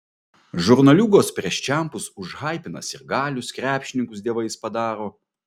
žurnaliūgos prieš čempus užhaipina sirgalius krepšininkus dievais padaro